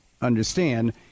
understand